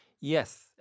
Yes